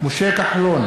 משה כחלון,